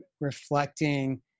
reflecting